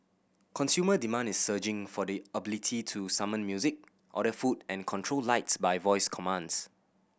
consumer demand is surging for the ability to summon music order food and control lights by voice commands